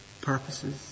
purposes